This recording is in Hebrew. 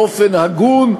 באופן הגון,